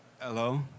Hello